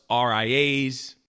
RIAs